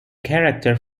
character